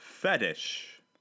Fetish